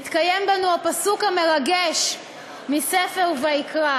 יתקיים בנו הפסוק המרגש מספר ויקרא: